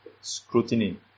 Scrutiny